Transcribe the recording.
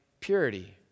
Purity